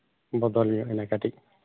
ᱵᱚᱫᱚᱞ ᱧᱚᱜ ᱮᱱᱟ ᱠᱟᱹᱴᱤᱡ